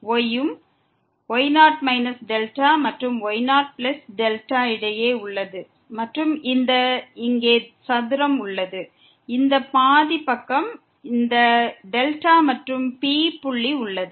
y ம் y0 δ மற்றும் y0δக்கு இடையே உள்ளது மற்றும் இங்கே இந்த சதுரம் உள்ளது இந்த பாதி பக்கம் இந்த δ மற்றும் P புள்ளி உள்ளது